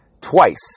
twice